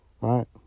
Right